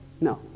No